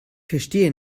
verstehe